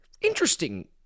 Interesting